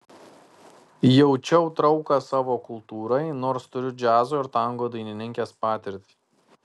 jaučiau trauką savo kultūrai nors turiu džiazo ir tango dainininkės patirtį